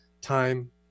time